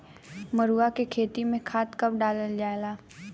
मरुआ के खेती में खाद कब डालल जाला?